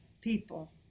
people